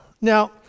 Now